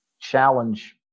challenge